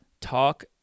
talk